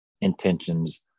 intentions